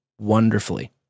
wonderfully